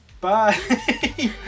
Bye